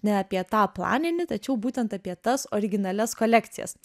ne apie tą planinį tačiau būtent apie tas originalias kolekcijas